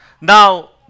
Now